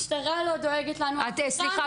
משטרה לא דואגת לנו --- סליחה,